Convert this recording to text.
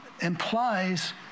implies